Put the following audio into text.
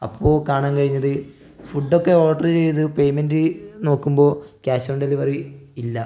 അപ്പോൾ കാണാൻ കഴിഞ്ഞത് ഫുഡ് ഒക്കെ ഓർഡർ ചെയ്ത് പേയ്മെൻറ് നോക്കുമ്പോൾ ക്യാഷ് ഓൺ ഡെലിവറി ഇല്ല